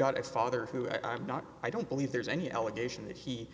got a father who i'm not i don't believe there's any allegation that he